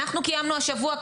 אבל אדוני היושב ראש,